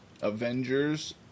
Avengers